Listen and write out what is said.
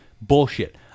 bullshit